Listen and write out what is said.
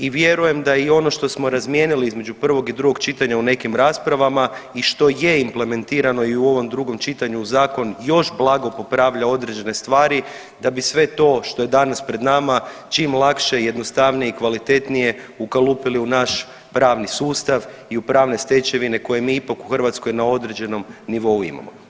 I vjerujem da i ono što smo razmijenili između prvog i drugog čitanja u nekim raspravama i što je implementirano i u ovom drugom čitanju zakon još blago popravlja određene stvari da bi sve to što je danas pred nama čim lakše i jednostavnije i kvalitetnije ukalupili u naš pravni sustav i u pravne stečevine koje mi ipak u Hrvatskoj na određenom nivou imamo.